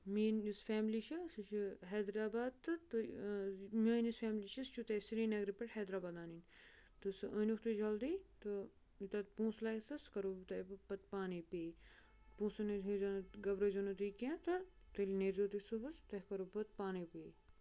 میٛٲنۍ یُس فیملی چھِ سُہ چھِ حیدرآباد تہٕ تُہۍ میٛٲنۍ یُس فیملی چھِ سُہ چھِو تۄہہِ سرینگرٕ پٮ۪ٹھ حیدرآباد اَنٕنۍ تہٕ سُہ أنۍ وُکھ تُہۍ جلدی تہٕ یہِ تۄہہِ پونٛسہٕ لَگیو تہٕ سُہ کَرو بہٕ تۄہہِ بہٕ پَتہٕ پانَے پے پونٛسَن ہُنٛد ہیزیو نہٕ گبرٲوزیو نہٕ تُہۍ کینٛہہ تہٕ تیٚلہِ نیٖرزیو تُہۍ صُبحس تۄہہِ کَرو بہٕ پَتہٕ پانَے پے